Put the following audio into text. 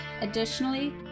Additionally